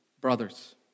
brothers